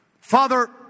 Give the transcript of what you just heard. Father